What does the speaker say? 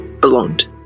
belonged